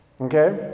Okay